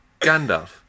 Gandalf